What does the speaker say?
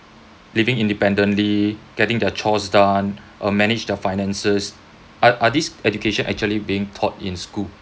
living independently getting their chores done or manage their finances are these education actually being taught in school